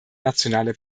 nationale